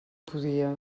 podia